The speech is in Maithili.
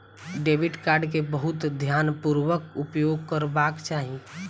डेबिट कार्ड के बहुत ध्यानपूर्वक उपयोग करबाक चाही